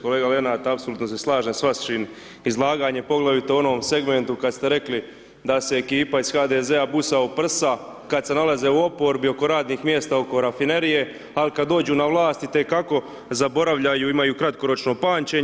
Kolega Lenart, apsolutno se slažem s vašim izlaganjem, poglavito u onom segmentu kad ste rekli da se ekipa iz HDZ-a busa u prsa kad se nalaze u oporbi, oko radnih mjesta, oko rafinerije, al' kad dođu na vlast, itekako zaboravljaju, imaju kratkoročno pamćenje.